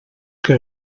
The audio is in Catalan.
que